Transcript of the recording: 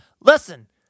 Listen